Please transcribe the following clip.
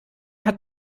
hat